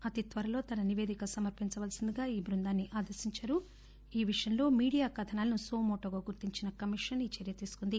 అతి త్వరలో తన నివేదిక సమర్పించవలసిందిగా బృందాన్ని ఆదేశించారు ఈ విషయంలో మీడియా కథనాలను సుమోటో గుర్తించిన కమిషన్ ఈ చర్య తీసుకుంది